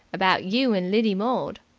about you and lidy maud.